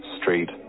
Street